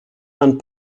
and